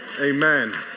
Amen